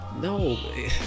no